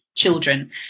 children